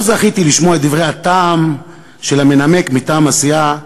לא זכיתי לשמוע את דברי הטעם של המנמק מטעם הסיעה,